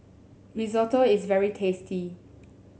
risotto is very tasty